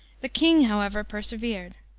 the king, however, persevered.